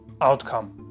outcome